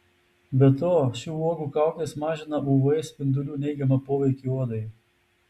be to šių uogų kaukės mažina uv spindulių neigiamą poveikį odai